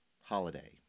holiday